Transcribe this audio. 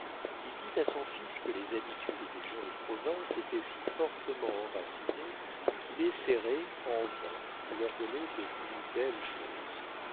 il dit à son fils que les habitudes des gens de province étaient si fortement enracinées qu'il essaierait en vain de leur donner de plus belles choses